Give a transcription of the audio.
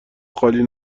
خالی